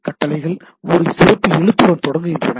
கட்டளைகள் ஒரு சிறப்பு எழுத்துடன் தொடங்குகின்றன